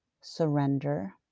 surrender